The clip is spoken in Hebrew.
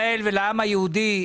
למה צריך להכשיר את העובדים